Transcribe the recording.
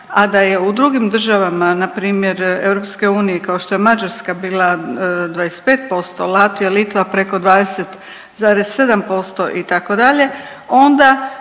a da je u drugim državama npr. EU kao što je Mađarska bila 25%, Latvija, Litva preko 20,7% itd. onda